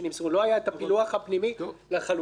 לא היה הפילוח הפנימי לחלופות,